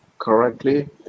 correctly